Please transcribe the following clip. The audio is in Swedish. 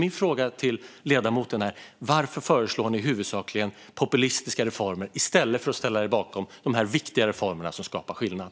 Min fråga till ledamoten är: Varför föreslår ni huvudsakligen populistiska reformer i stället för att ställa er bakom de här viktiga reformerna som skapar skillnad?